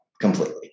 completely